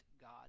God